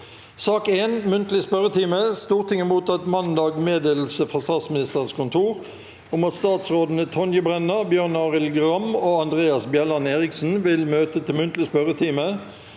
Presidenten Stortinget mottok mandag meddelelse fra Statsministerens kontor om at statsråde ne Tonje Brenna, Bjørn Arild Gram og Andreas Bjelland Eriksen vil møte til muntlig spørretime.